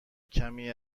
کمی